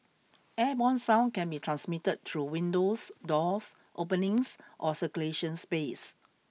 airborne sound can be transmitted through windows doors openings or circulation space